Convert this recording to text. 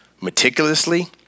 meticulously